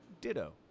ditto